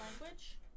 language